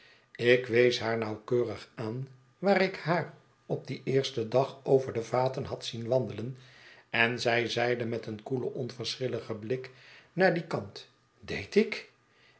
ik wees haar nauwkeurig aan waar ik haar op dien eersten dag over de vaten had zien wandelen en zij zeide met een koelen onverschilligen blik naar dien kant deed ik